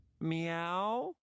Meow